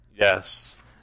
Yes